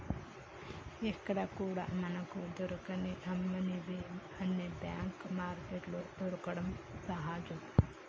ఎక్కడా కూడా మనకు దొరకని అమ్మనివి అన్ని బ్లాక్ మార్కెట్లో దొరకడం సహజం